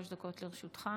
שלוש דקות לרשותך,